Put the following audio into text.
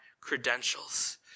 credentials